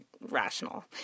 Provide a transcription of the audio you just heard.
Rational